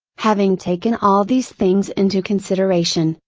having taken all these things into consideration,